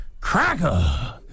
cracker